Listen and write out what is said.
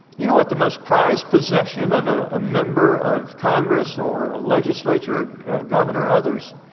you know what the most prized possession of ah a member of congress or a legislature or a governor or others.